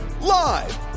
Live